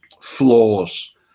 flaws